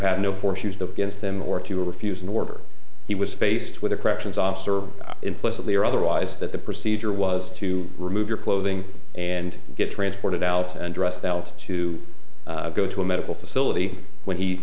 have no force used against him or to refuse an order he was faced with a corrections officer implicitly or otherwise that the procedure was to remove your clothing and get transported out and dressed out to go to a medical facility when he